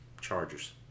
Chargers